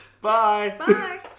Bye